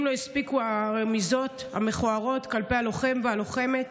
אם לא הספיקו הרמיזות המכוערות כלפי הלוחם והלוחמת,